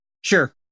Sure